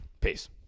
Peace